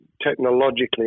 technologically